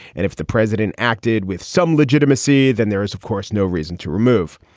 and if the president acted with some legitimacy than there is, of course, no reason to remove.